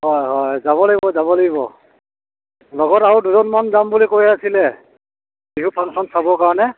অঁ হয় হয় যাব লাগিব যাব লাগিব লগত আৰু দুজনমান যাম বুলি কৈ আছিলে বিহু ফাংচন চাবৰ কাৰণে